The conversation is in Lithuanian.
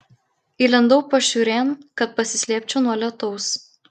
įlindau pašiūrėn kad pasislėpčiau nuo lietaus